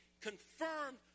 confirmed